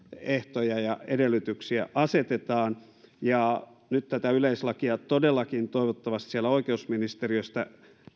ehtoja ja edellytyksiä asetetaan nyt tätä yleislakia todellakin toivottavasti siellä oikeusministeriössä